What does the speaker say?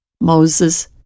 Moses